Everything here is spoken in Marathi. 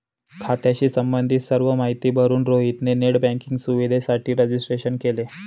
खात्याशी संबंधित सर्व माहिती भरून रोहित ने नेट बँकिंग सुविधेसाठी रजिस्ट्रेशन केले